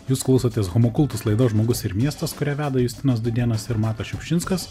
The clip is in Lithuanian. jūs klausotės homo kultus laidos žmogus ir miestas kurią veda justinas dudėnas ir matas šiupšinskas